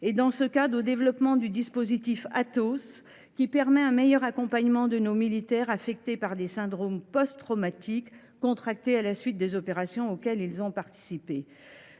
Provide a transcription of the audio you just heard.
et, dans ce cadre, au développement du dispositif Athos, qui permet un meilleur accompagnement de nos militaires affectés par des syndromes post traumatiques contractés à la suite des opérations auxquelles ils ont participé.